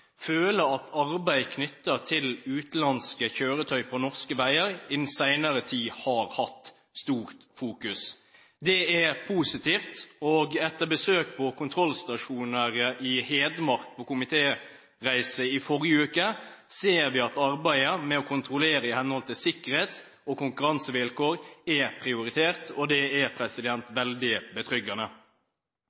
føler at arbeid knyttet til utenlandske kjøretøy på norske veier, i den senere tid har fått et sterkt fokus. Det er positivt. Etter besøk på kontrollstasjoner, senest på komiteens reise i Hedmark i forrige uke, ser vi at arbeidet med å kontrollere i henhold til sikkerhet og konkurransevilkår er prioritert, og det er veldig betryggende.